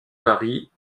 varie